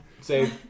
say